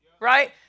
Right